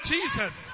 Jesus